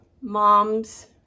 mom's